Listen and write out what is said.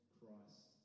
Christ